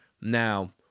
Now